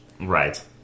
Right